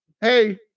Hey